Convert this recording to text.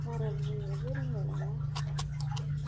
बारा बुंनोबो रोंलायलांला